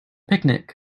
picnic